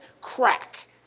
crack